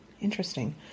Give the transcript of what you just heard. Interesting